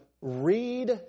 Read